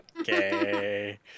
Okay